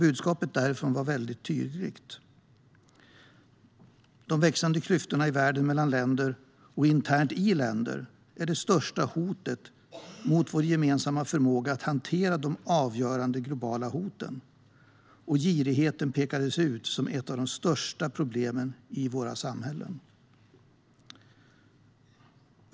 Budskapet därifrån var mycket tydligt: De växande klyftorna i världen mellan länder och internt i länder är det största hotet mot vår gemensamma förmåga att hantera de avgörande globala hoten. Girigheten pekades ut som ett av de största problemen i våra samhällen.